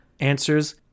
answers